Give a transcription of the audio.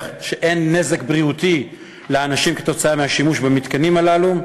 שאין נזק בריאותי לאנשים כתוצאה מהשימוש במתקנים הללו.